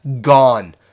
gone